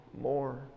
more